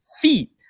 feet